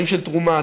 חיים של תרומה.